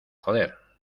joder